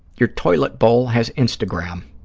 your toilet bowl has instagram.